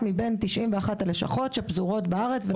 מבין 91 הלשכות הפרטיות שפזורות בארץ.